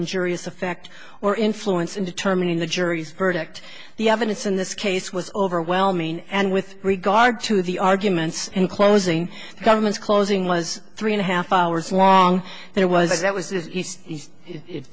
injurious effect or influence in determining the jury's verdict the evidence in this case was overwhelming and with regard to the arguments in closing the government's closing was three and a half hours long and it was that was